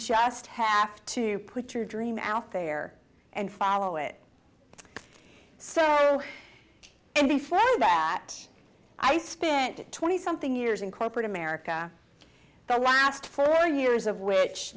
just have to put your dream out there and follow it so any further that i spent twenty something years in corporate america the last four years of which